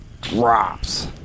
drops